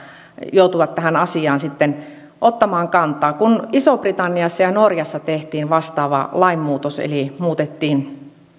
joutuvat tähän asiaan sitten ottamaan kantaa kun isossa britanniassa ja norjassa tehtiin vastaava lainmuutos eli muutettiin